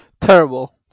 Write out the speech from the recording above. Terrible